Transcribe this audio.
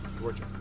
Georgia